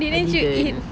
I didn't